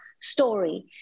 story